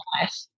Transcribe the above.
life